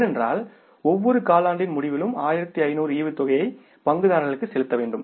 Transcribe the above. ஏனென்றால் ஒவ்வொரு காலாண்டின் முடிவிலும் 1500 டிவிடெண்ட்யை பங்குதாரர்களுக்கு செலுத்த வேண்டும்